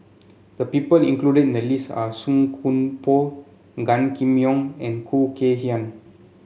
the people included in the list are Song Koon Poh Gan Kim Yong and Khoo Kay Hian